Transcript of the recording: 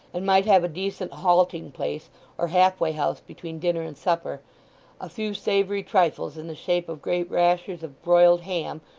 and might have a decent halting-place or halfway house between dinner and supper a few savoury trifles in the shape of great rashers of broiled ham,